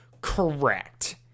Correct